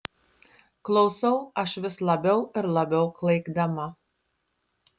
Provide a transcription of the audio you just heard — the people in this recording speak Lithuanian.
klausau aš vis labiau ir labiau klaikdama